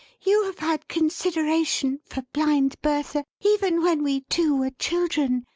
you have had consideration for blind bertha, even when we two were children,